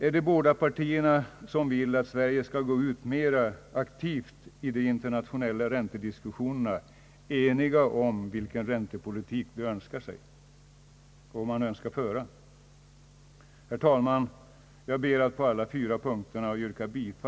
är de båda partier som vill att Sverige skall gå ut mera aktivt i de internationella räntediskussionerna eniga om vilken räntepolitik de önskar föra?